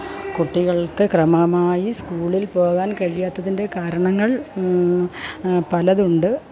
കുട്ടികള്ക്ക് ക്രമമായി സ്കൂളില് പോകാന് കഴിയാത്തതിന്റെ കാരണങ്ങള് പലതുണ്ട്